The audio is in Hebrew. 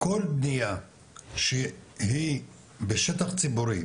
כל בנייה שהיא בשטח ציבורי,